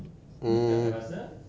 mm